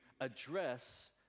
address